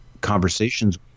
Conversations